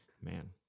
man